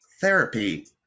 therapy